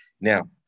Now